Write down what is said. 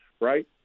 right